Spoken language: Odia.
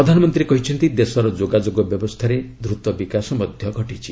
ପ୍ରଧାନମନ୍ତ୍ରୀ କହିଛନ୍ତି ଦେଶର ଯୋଗାଯୋଗ ବ୍ୟବସ୍ଥାରେ ଦ୍ରତ ବିକାଶ ଘଟିଛି